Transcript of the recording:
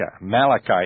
Malachi